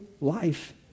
life